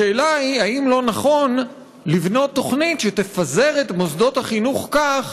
השאלה היא האם לא-נכון לבנות תוכנית שתפזר את מוסדות החינוך כך